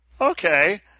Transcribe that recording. Okay